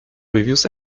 reviews